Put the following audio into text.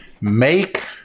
Make